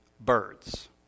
birds